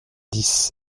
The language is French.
dix